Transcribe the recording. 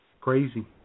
Crazy